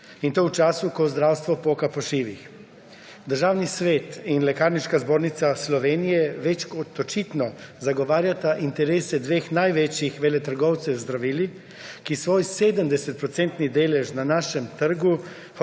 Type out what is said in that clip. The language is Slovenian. in to v času ko zdravstvo poka po šivih. Državni svet in Lekarniška zbornica Slovenije več kot očitno zagovarjata interese dveh največjih veletrgovcev z zdravili, ki svoj 70-procentni delež na našem trgu